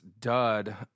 dud